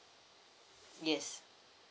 yes